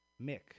Mick